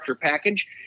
package